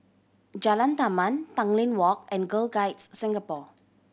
Jalan Taman Tanglin Walk and Girl Guides Singapore